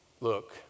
Look